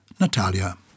Natalia